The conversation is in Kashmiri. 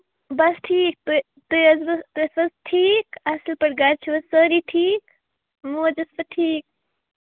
بَس ٹھیٖک تُہۍ ٲسۍوٕ تُہۍ حظ ٹھیٖک اَصٕل پٲٹھۍ گَرِ چھِو حظ سٲری ٹھیٖک موج ٲسوٕ ٹھیٖک